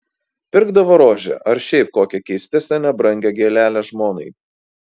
pirkdavo rožę ar šiaip kokią keistesnę nebrangią gėlelę žmonai